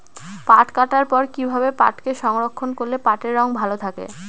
পাট কাটার পর কি ভাবে পাটকে সংরক্ষন করলে পাটের রং ভালো থাকে?